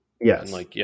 Yes